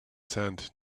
sand